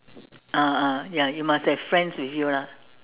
ah ah ya you must have friends with you lah